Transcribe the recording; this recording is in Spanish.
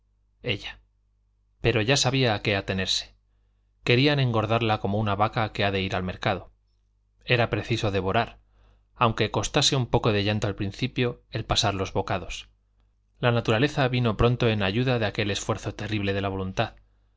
ella pero ya sabía a qué atenerse querían engordarla como una vaca que ha de ir al mercado era preciso devorar aunque costase un poco de llanto al principio el pasar los bocados la naturaleza vino pronto en ayuda de aquel esfuerzo terrible de la voluntad